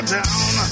down